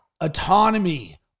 autonomy